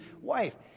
wife